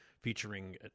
featuring